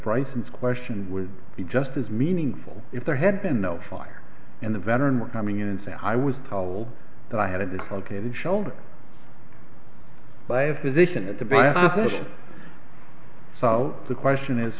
bryson's question would be just as meaningful if there had been no fire in the veteran we're coming in and saying i was told that i had a dislocated shoulder by a physician at the back so the question is